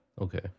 Okay